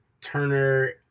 turner